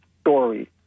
story